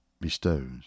bestows